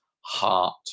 heart